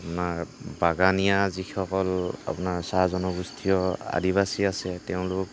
আমাৰ বাগানীয়া যিসকল আপোনাৰ চাহ জনগোষ্ঠীয় আদিবাসী আছে তেওঁলোক